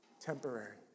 temporary